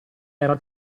era